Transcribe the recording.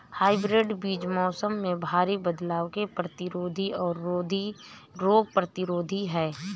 hybrid बीज मौसम में भारी बदलाव के प्रतिरोधी और रोग प्रतिरोधी हैं